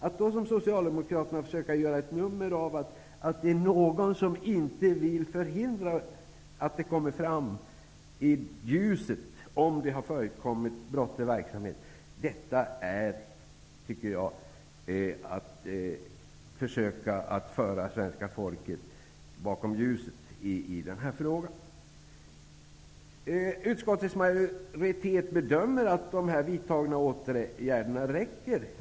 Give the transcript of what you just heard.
Att, som socialdemokraterna, försöka göra ett nummer av att det skulle vara någon som vill förhindra att det kommer fram i ljuset om det har förekommit brottslig verksamhet, är ett försök att föra svenska folket bakom ljuset i den här frågan. Utskottets majoritet bedömer att de vidtagna åtgärderna räcker.